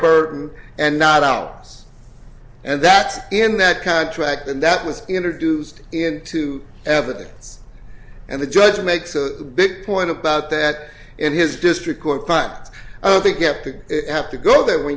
burton and not out and that's in that contract and that was introduced into evidence and the judge makes a big point about that in his district court finds i don't think you have to have to go there when